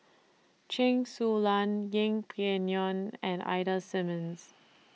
Chen Su Lan Yeng Pway Ngon and Ida Simmons